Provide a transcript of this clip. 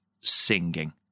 singing